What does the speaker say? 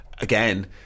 again